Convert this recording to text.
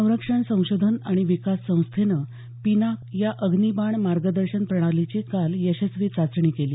संरक्षण संशोधन आणि विकास संस्थेनं पिनाकया अग्निबाण मार्गदर्शन प्रणालीची काल यशस्वी चाचणी केली